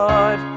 God